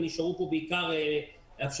כך שיש להם אפשרות